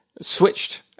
switched